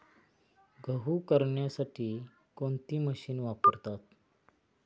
गहू करण्यासाठी कोणती मशीन वापरतात?